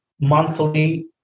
monthly